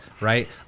Right